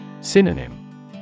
Synonym